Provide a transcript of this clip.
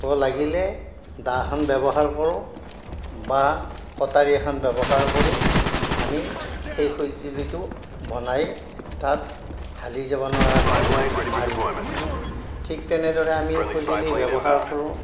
দিব লাগিলে দাখন ব্যৱহাৰ কৰোঁ বা কটাৰী এখন ব্যৱহাৰ কৰি আমি সেই সঁজুলিটো বনাই তাক হালি যাব নোৱাৰাকৈ মাৰি দিওঁ ঠিক তেনেদৰে আমি সঁজুলি ব্যৱহাৰ কৰোঁ